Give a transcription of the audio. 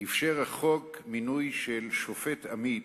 אפשר החוק מינוי של שופט עמית,